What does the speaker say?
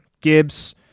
Gibbs